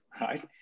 right